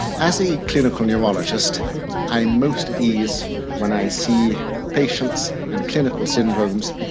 as a clinical neurologist i'm most at ease when i see patients and clinical syndromes,